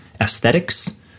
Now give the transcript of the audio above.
aesthetics